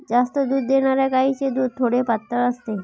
जास्त दूध देणाऱ्या गायीचे दूध थोडे पातळ असते